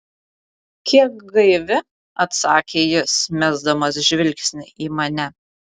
kiek gaivi atsakė jis mesdamas žvilgsnį į mane